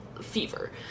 fever